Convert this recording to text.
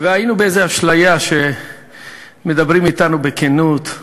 והיינו באיזו אשליה שמדברים אתנו בכנות,